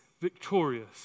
victorious